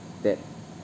that